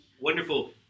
wonderful